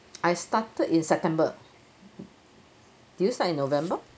I started in september did you start in november